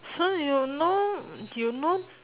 so you know you know